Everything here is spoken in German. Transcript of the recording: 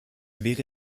wäre